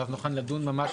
ואז נוכל לדון ממש